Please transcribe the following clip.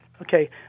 Okay